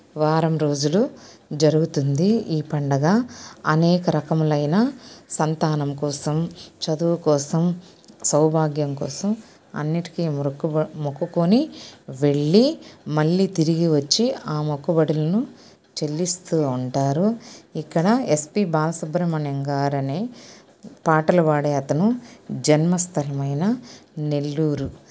వారం రోజులు జరుగుతుంది ఈ పండగ అనేక రకములైన సంతానం కోసం చదువు కోసం సౌభాగ్యం కోసం అన్నిటికీ మొక్కు మొక్కుకొని వెళ్ళి మళ్ళీ తిరిగి వచ్చి ఆ మొక్కుబడులను చెల్లిస్తూ ఉంటారు ఇక్కడ ఎస్పి బాలసుబ్రమణ్యం గారు అనే పాటలు పాడే అతను జన్మస్థలమైన నెల్లూరు